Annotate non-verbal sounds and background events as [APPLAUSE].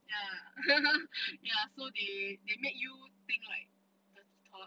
ya [LAUGHS] ya so they they make you think like bad thoughts